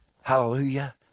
Hallelujah